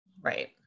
Right